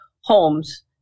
homes